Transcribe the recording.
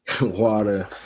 Water